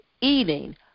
eating